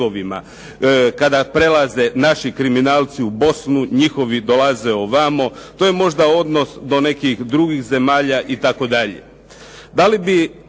kada prelaze naši kriminalci u Bosnu, njihovi dolaze ovamo. To je možda odnos do nekih drugih zemalja itd.